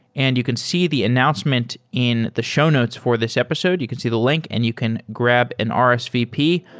and you can see the announcement in the show notes for this episode. you can see the link and you can grab an ah rsvp.